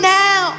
now